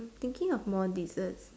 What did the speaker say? thinking of more dessert